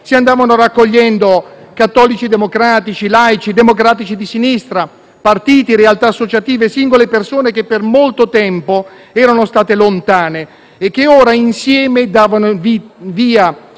si andavano raccogliendo cattolici democratici, laici, democratici di sinistra, partiti e realtà associative, singole persone che per molto tempo erano state lontane e che ora, insieme, davano il